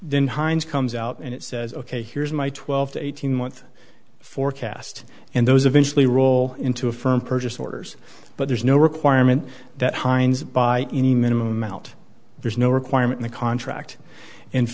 then heinz comes out and it says ok here's my twelve to eighteen month forecast and those eventually roll into a firm purchase orders but there's no requirement that hines buy any minimum out there's no requirement in the contract and